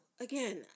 again